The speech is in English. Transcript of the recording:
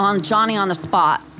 Johnny-on-the-spot